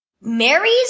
Mary's